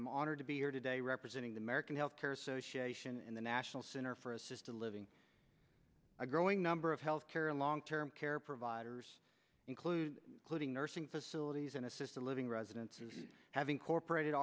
i'm honored to be here today representing the american healthcare association and the national center for assisted living a growing number of health care and long term care providers include clothing nursing facilities and assisted living residents who have incorporated